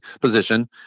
position